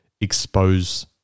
expose